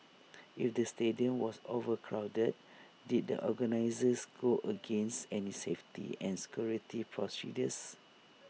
if the stadium was overcrowded did the organisers go against any safety and security procedures